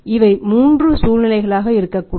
இவை 3 சூழ்நிலைகளாக இருக்கக்கூடும்